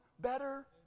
better